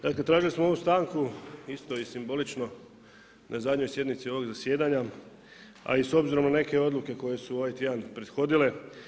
Dakle, tražili smo ovu stanku isto i simbolično na zadnjoj sjednici ovog zasjedanja a i s obzirom na neke odluke koje su ovaj tjedan prethodile.